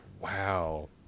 Wow